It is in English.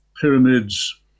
pyramids